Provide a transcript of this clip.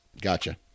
Gotcha